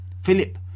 Philip